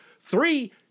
Three